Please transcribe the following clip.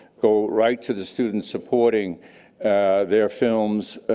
go right to the students supporting their films.